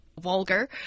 vulgar